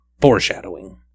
Foreshadowing